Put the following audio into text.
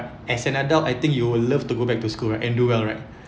as an adult I think you will love to go back to school right and do well right